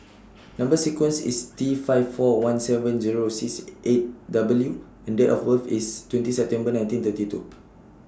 Number sequence IS T five four one seven Zero six eight W and Date of birth IS twenty September nineteen thirty two